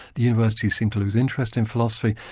the university seemed to lose interest in philosophy,